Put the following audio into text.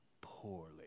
poorly